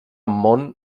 mon